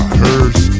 hearse